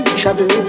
trouble